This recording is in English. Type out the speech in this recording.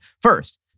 First